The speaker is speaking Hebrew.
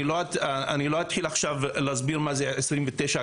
אני לא אתחיל עכשיו להסביר מה זה 29ג